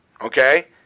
okay